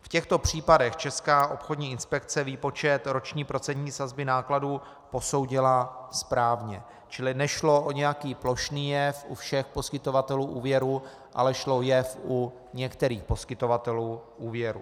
V těchto případech Česká obchodní inspekce výpočet roční procentní sazby nákladů posoudila správně, čili nešlo o nějaký plošný jev u všech poskytovatelů úvěrů, ale šlo o jev u některých poskytovatelů úvěrů.